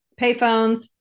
payphones